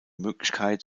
möglichkeit